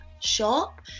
shop